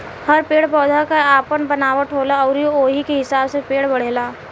हर पेड़ पौधा के आपन बनावट होला अउरी ओही के हिसाब से पेड़ बढ़ेला